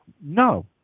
no